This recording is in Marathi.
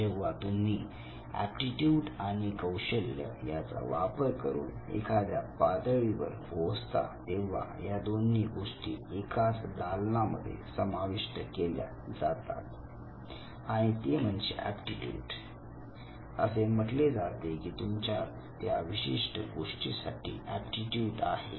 जेव्हा तुम्ही एप्टीट्यूड आणि कौशल्य याचा वापर करून एखाद्या पातळीवर पोहोचता तेव्हा या दोन्ही गोष्टी एकाच दालना मध्ये समाविष्ट केल्या जातात आणि ते म्हणजे एप्टीट्यूड असे म्हटले जाते की तुमच्यात या विशिष्ट गोष्टीसाठी एप्टीट्यूड आहे